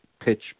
pitch